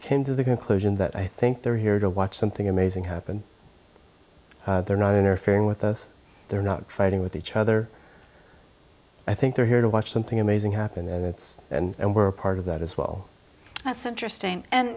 came to the conclusion that i think they're here to watch something amazing happened they're not interfering with us they're not fighting with each other i think they're here to watch something amazing happened and it's and we're part of that as well that's interesting and